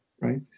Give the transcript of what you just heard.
right